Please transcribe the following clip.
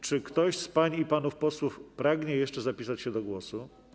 Czy ktoś z pań i panów posłów pragnie jeszcze zapisać się do głosu?